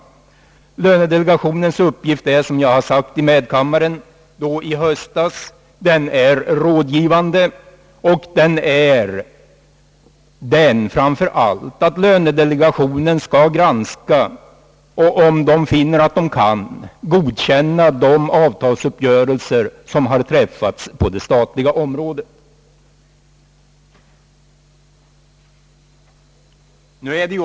Lönedelegatio nens uppgift är rådgivande, såsom jag sade i medkammaren i höstas; delegationen skall framför allt granska och — om den finner det möjligt — godkänna de avtalsuppgörelser som träffats inom det statliga området.